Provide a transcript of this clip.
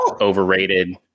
overrated